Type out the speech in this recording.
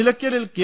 നിലയ്ക്കലിൽ കെ